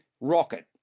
rocket